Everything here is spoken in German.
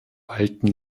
walten